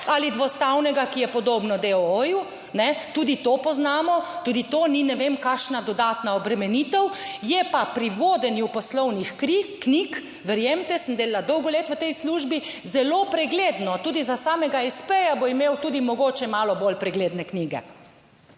ali dvostavnega, ki je podobno deooju, tudi to poznamo, tudi to ni ne vem kakšna dodatna obremenitev, je pa pri vodenju poslovnih knjig, verjemite, sem delala dolgo let v tej službi, zelo pregledno, tudi za samega espeja bo imel tudi mogoče malo bolj pregledne knjige.